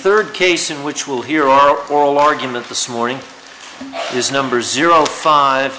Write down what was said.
third case in which will hear our oral arguments this morning is number zero five